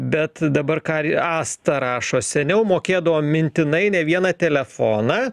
bet dabar kari asta rašo seniau mokėdavau mintinai ne vieną telefoną